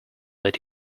that